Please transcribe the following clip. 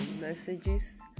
messages